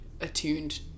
attuned